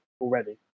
already